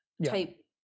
type